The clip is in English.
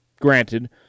granted